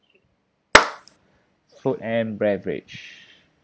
food and beverage